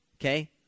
Okay